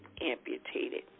amputated